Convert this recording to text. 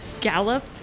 gallop